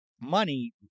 money